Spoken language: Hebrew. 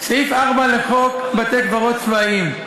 סעיף 4 לחוק בתי-קברות צבאיים,